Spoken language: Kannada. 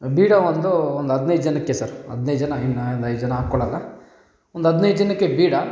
ಬೀಡ ಒಂದು ಒಂದು ಹದಿನೈದು ಜನಕ್ಕೆ ಸರ್ ಹದಿನೈದು ಜನ ಇನ್ನೂ ಒಂದು ಐದು ಜನ ಹಾಕ್ಕೊಳ್ಳೋಲ್ಲ ಒಂದು ಹದಿನೈದು ಜನಕ್ಕೆ ಬೀಡ